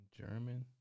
German